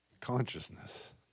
consciousness